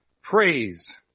Praise